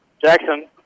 Jackson